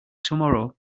tomorrow